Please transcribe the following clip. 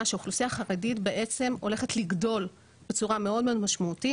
שהאוכלוסייה החרדית הולכת לגדול בצורה מאוד מאוד משמעותית.